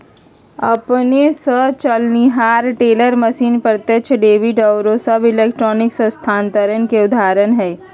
अपने स चलनिहार टेलर मशीन, प्रत्यक्ष डेबिट आउरो सभ इलेक्ट्रॉनिक स्थानान्तरण के उदाहरण हइ